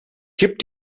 kippt